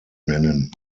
nennen